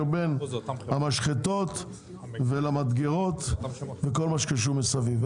בין המשחטות והמדגרות וכל מה שקשור מסביב.